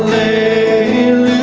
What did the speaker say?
a